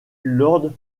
lord